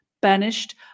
banished